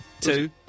two